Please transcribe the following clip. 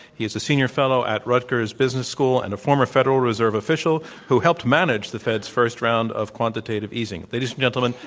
he is a senior fellow at rutger's business school, and a former federal reserve official who helped manage the fed's first round of quantitative easing. ladies and gentlemen,